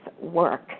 work